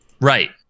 Right